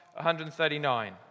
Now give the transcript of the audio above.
139